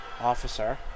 Officer